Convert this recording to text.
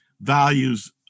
values